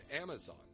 Amazon